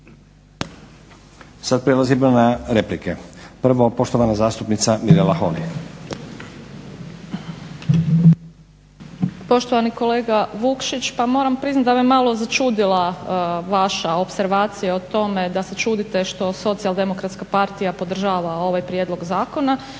Sad prelazimo na replike. Prvo poštovana zastupnica Mirela Holy. **Holy, Mirela (SDP)** Poštovani kolega Vukšić pa moram priznati da me malo začudila vaša opservacija o tome da se čudite što SDP podržava ovaj prijedlog zakona